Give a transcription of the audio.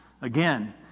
Again